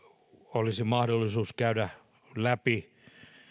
olisi mahdollisuus käydä läpi